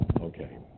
okay